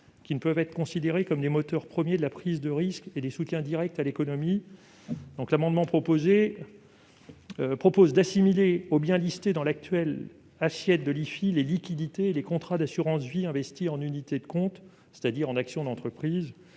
qui ne peuvent pas être considérés comme des moteurs premiers de la prise de risque et des soutiens directs à l'économie. Le présent amendement tend à assimiler aux biens énumérés dans l'actuelle assiette de l'IFI les liquidités et les contrats d'assurance vie investis en unités de compte, c'est-à-dire en actions d'entreprise.